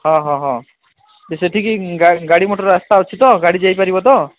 ହଁ ହଁ ହଁ ଯେ ସେତିକି ଗାଡ଼ି ମଟର୍ ରାସ୍ତା ଅଛି ତ ଗାଡ଼ି ଯାଇପାରିବ ତ